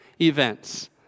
events